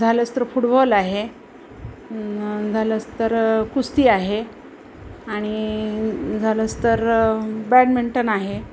झालंच तर फुटबॉल आहे झालंच तर कुस्ती आहे आणि झालंच तर बॅडमिंटन आहे